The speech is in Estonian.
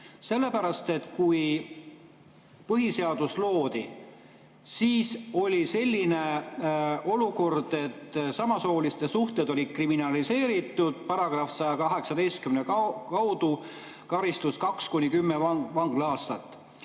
Sellepärast et kui põhiseadus loodi, siis oli selline olukord, et samasooliste suhted olid kriminaliseeritud § 118 alusel. Karistus oli 2–10 vangla-aastat.